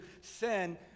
sin